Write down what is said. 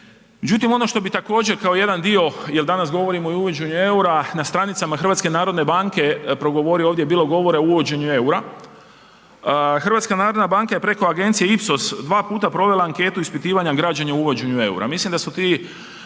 Međutim, ono što bi također kao jedan dio jer danas govorimo i o uvođenju eura, na stranicama HNB-a progovorio, ovdje je bilo govora i o uvođenju eura, HNB je preko agencije IPSOS dva puta provela anketu ispitivanja građana o uvođenju eura. Mislim da su ti